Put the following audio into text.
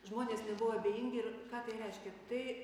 žmonės nebuvo abejingi ir ką tai reiškia tai